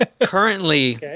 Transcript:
currently